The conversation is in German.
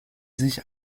sich